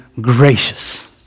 gracious